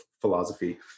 philosophy